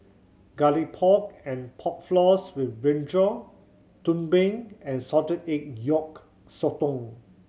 Garlic Pork and Pork Floss with brinjal tumpeng and salted egg yolk sotong